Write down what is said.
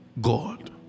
God